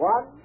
One